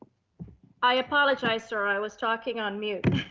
i apologize, sir. i was talking on mute.